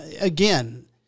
again